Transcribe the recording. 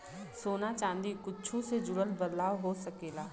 सोना चादी कुच्छो से जुड़ल बदलाव हो सकेला